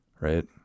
Right